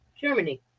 Germany